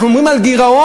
אנחנו מדברים על גירעון,